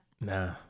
Nah